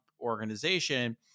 organization